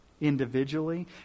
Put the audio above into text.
individually